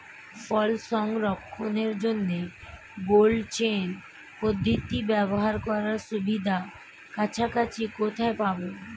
ফল সংরক্ষণের জন্য cold chain পদ্ধতি ব্যবহার করার সুবিধা কাছাকাছি কোথায় পাবো?